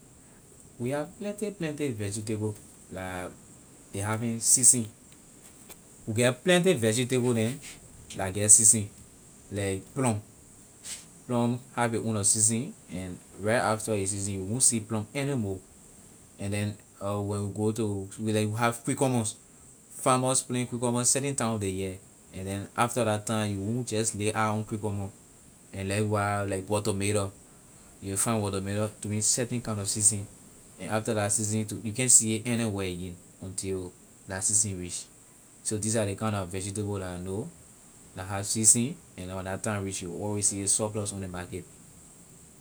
We have plenty plenty vegetabe la ley having season we get plenty vegetable neh la get season like plum. plum have a owner season and right after ley season you won't see plum anymore and then when we go to we like have cucumber farmers plant cucumber certian time of the year and then after la time you won't just lay eye on cucumber and likewise like watermelon you will find watermelon during certain kind na season and after la season too you can't see it anywhere again until that season reach so these are the kind na vegetable that I know that have season and when la time reach you always see it surplus on the market.